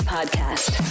Podcast